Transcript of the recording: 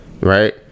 right